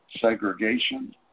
Segregation